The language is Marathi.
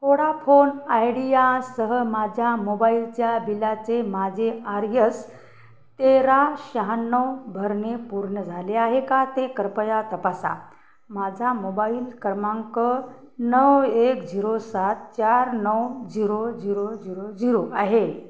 होडाफोन आयडीयासह माझ्या मोबाईलच्या बिलाचे माझे आर यस तेरा शहाण्णव भरणे पूर्ण झाले आहे का ते कृपया तपासा माझा मोबाईल क्रमांक नऊ एक झिरो सात चार नऊ झिरो झिरो झिरो झिरो आहे